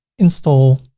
install.